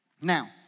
Now